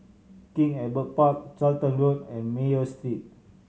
King Albert Park Charlton Road and Mayo Street